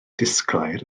disglair